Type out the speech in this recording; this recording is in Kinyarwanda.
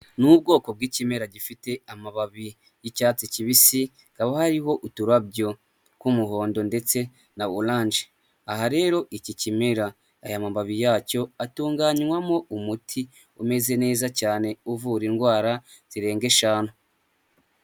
Ni ubwoko bwikimera gifite amababi yicyatsi kibisi, hakaba hariho uturarabyo tw'umuhondo ndetse na oranje, aha rero iki kimera aya mababi yacyo atunganywamo umuti umeze neza cyane uvura indwara zirenga eshanu.